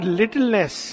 littleness